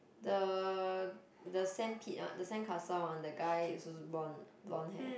the the sand pit ah the sand castle on the guy is also blonde blonde hair